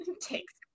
takes